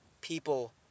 people